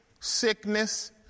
sickness